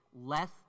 less